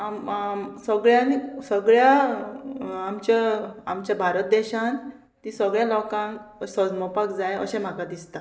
सगळ्यांनी सगळ्या आमच्या आमच्या भारत देशान ती सगळ्या लोकांक सजमोवपाक जाय अशें म्हाका दिसता